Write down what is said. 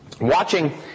watching